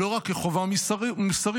לא רק כחובה מוסרית,